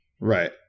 Right